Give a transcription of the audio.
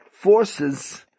forces